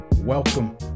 welcome